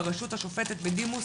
ברשות השופטת בדימוס,